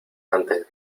antes